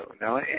No